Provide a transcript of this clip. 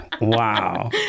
wow